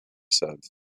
said